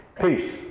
peace